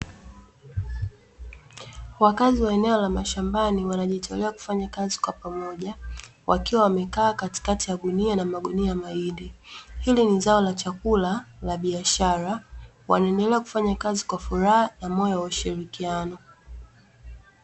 Wakazi wa eneo la mashambani wanajitolea kufanya kazi kwa pamoja, wakiwa wamekaa katikati ya gunia na magunia ya mahindi. Hili ni zao la chakula la biashara, wanaendelea kufanya kazi kwa furaha na moyo wa ushirikiano.